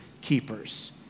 keepers